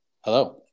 Hello